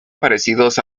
parecidos